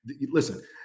listen